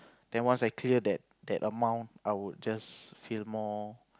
then once I clear that that amount I would just feel more